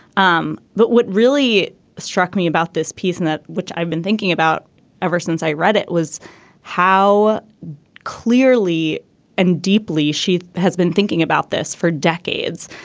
um but what really struck me about this piece and that which i've been thinking about ever since i read it was how clearly and deeply she has been thinking about this for decades.